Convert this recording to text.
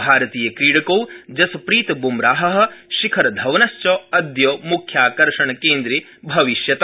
भारतीयक्रीडकौ जसप्रीतब्मराह शिखरधवनश्च अदय मुख्याकर्षणकेन्द्रे भविष्यत